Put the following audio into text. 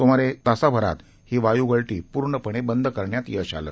सुमारे तासाभरात ही वायूगळती पूर्णपणे बंद करण्यात यश आलं